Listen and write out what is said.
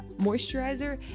moisturizer